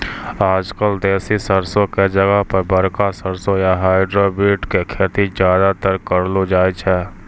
आजकल देसी सरसों के जगह पर बड़का सरसों या हाइब्रिड के खेती ज्यादातर करलो जाय छै